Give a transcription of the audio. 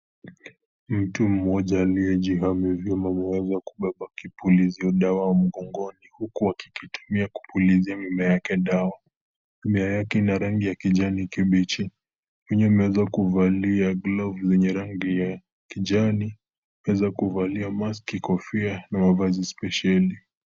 Mtu mmoja aliyejihami vyema ameweza kubeba kipulizio dawa mgongoni huku wakikitumia kupulizia mimea yake dawa. Mimea yake ina rangi ya kijani kibichi. Mwenyewe ameweza kuvalia glavu zenye rangi ya kijani, ameweza kuvalia maski, kofia na mavazi spesheli.